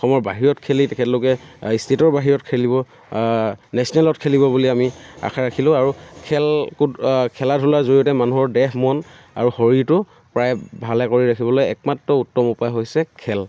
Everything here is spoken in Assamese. অসমৰ বাহিৰত খেলি তেখেতলোকে ষ্টেটৰ বাহিৰত খেলিব নেশ্বনেলত খেলিব বুলি আমি আশা ৰাখিলোঁ আৰু খেল ক'ত খেলা ধূলাৰ জৰিয়তে মানুহৰ দেহ মন আৰু শৰীৰটো প্ৰায় ভালে কৰি ৰাখিবলৈ একমাত্ৰ উত্তম উপায় হৈছে খেল